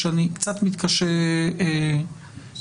שאני קצת מתקשה להבין.